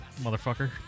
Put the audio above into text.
motherfucker